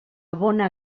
bona